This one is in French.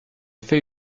fait